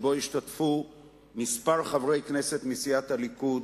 שהשתתפו בו כמה חברי כנסת מסיעת הליכוד,